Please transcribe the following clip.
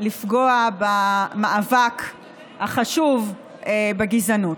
לפגוע במאבק החשוב בגזענות.